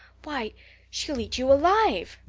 why she'll eat you alive!